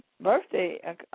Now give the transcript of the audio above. birthday